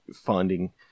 finding